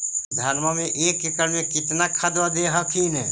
धनमा मे एक एकड़ मे कितना खदबा दे हखिन?